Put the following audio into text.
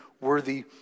worthy